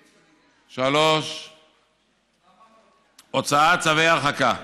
3. הוצאת צווי הרחקה,